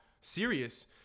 serious